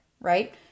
right